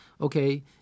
okay